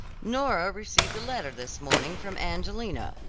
nora received a letter this morning from angelina,